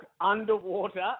underwater